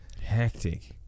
hectic